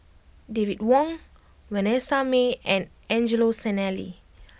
David Wong Vanessa Mae and Angelo Sanelli